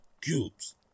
cubes